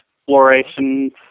explorations